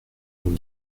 nous